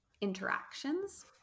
interactions